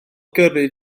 gyrru